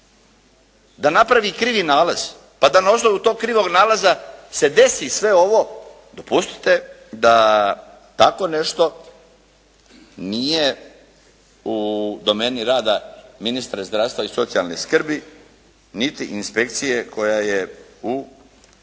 da napravi krivi nalaz, pa da na osnovu tog krivog nalaza se desi sve ovo, dopustite da tako nešto nije u domeni rada ministra zdravstva i socijalne skrbi, niti inspekcije koja je u